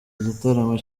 igitaramo